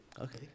Okay